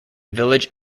village